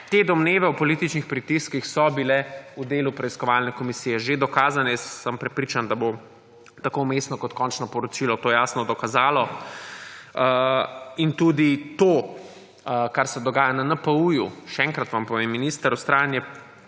te domneve o političnih pritiskih so bile v delu preiskovalne komisije že dokazane, jaz sem prepričan, da bo tako vmesno kot kočno poročilo to jasno dokazalo. Tudi to, kar se dogaja na NPU, še enkrat vam povem minister, vztrajanje